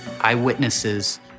Eyewitnesses